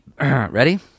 Ready